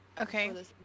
Okay